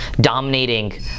dominating